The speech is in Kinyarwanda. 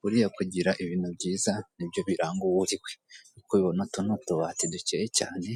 Buriya kugira ibintu byiza nibyo biranga uwo uri we nk'uko ubibona utu ni utubati dukeye cyane